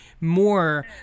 more